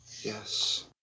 Yes